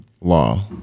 law